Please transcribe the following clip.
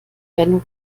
werden